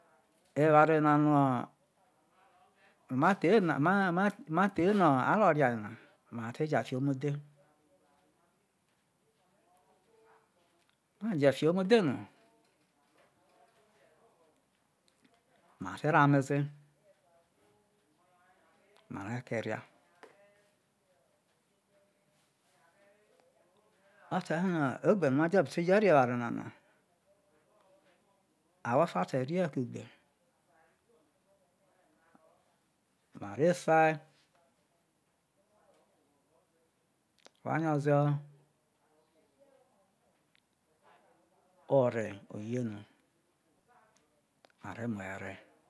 ewave na no̠ ma tho no̠ no̠ ma thai no maro ria, a ve̠ te, ai fi omodhe, no ma te̠ jai fi omodheno mare te ro̠ ameze a re keria oterono ogbe no̠ a te jo̠ re eware na awho o̠fa te rie kugbe ma re sai wha nyze ho ore oye no̠ ma re̠ mu e̠ re.